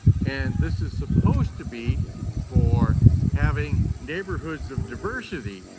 and this is supposed to be for having neighborhoods of diversity,